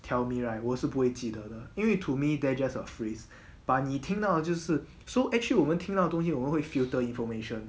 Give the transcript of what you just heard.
tell me right 我是不会记得的因为 to me they're just a phrase but 你听到就是 so actually 我们听到东西我们会 filter information